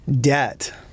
debt